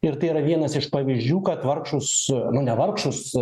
ir tai yra vienas iš pavyzdžių kad vargšus nu ne vargšus